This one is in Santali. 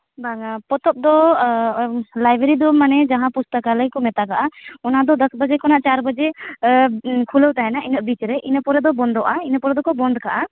ᱵᱟᱝᱟ ᱯᱚᱛᱚᱵ ᱫᱚ ᱞᱟᱭᱵᱮᱨᱤ ᱫᱚ ᱢᱟᱱᱮ ᱡᱟᱦᱟᱸ ᱯᱩᱥᱛᱟᱠᱟᱞᱚᱭ ᱠᱚ ᱢᱮᱛᱟᱜᱟᱜᱼᱟ ᱚᱱᱟ ᱫᱚ ᱫᱚᱥ ᱵᱟᱡᱮ ᱠᱷᱚᱱᱟᱜ ᱪᱟᱨ ᱵᱟᱡᱮ ᱠᱷᱩᱞᱟᱹᱣ ᱛᱟᱦᱮᱱᱟ ᱤᱱᱟᱹᱜ ᱵᱤᱪ ᱨᱮ ᱤᱱᱟᱹ ᱯᱚᱨᱮ ᱫᱚ ᱵᱚᱱᱫᱚᱜᱼᱟ ᱤᱱᱟᱹ ᱯᱚᱨ ᱫᱚᱠᱚ ᱵᱚᱱᱫᱽ ᱠᱟᱜᱼᱟ